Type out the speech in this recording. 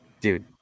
dude